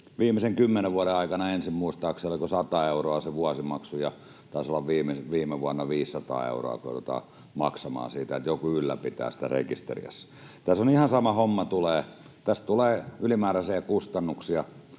viimeisen kymmenen vuoden aikana... Ensin muistaakseni oli 100 euroa se vuosimaksu, ja taisi olla viime vuonna 500 euroa, mitä joudutaan maksamaan siitä, että joku ylläpitää sitä rekisteriä. Tässä on ihan sama homma: Tässä tulee ylimääräisiä kustannuksia.